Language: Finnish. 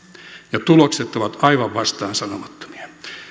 ja tulokset ovat aivan vastaansanomattomia